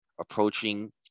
approaching